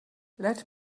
let